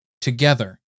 together